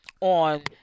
on